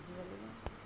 झाली